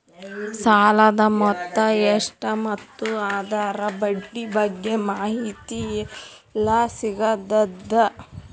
ಸಾಲದ ಮೊತ್ತ ಎಷ್ಟ ಮತ್ತು ಅದರ ಬಡ್ಡಿ ಬಗ್ಗೆ ಮಾಹಿತಿ ಎಲ್ಲ ಸಿಗತದ?